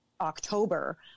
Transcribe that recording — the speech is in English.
October